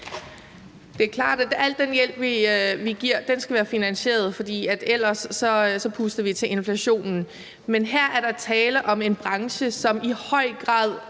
al den hjælp, vi giver, skal være finansieret, for ellers puster vi til inflationen. Men her er der tale om en branche, som i høj grad